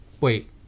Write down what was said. Wait